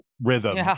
rhythm